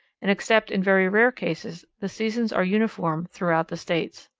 and except in very rare cases the seasons are uniform throughout the states.